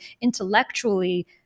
intellectually